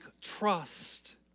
trust